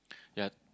yeah